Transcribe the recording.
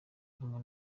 rumwe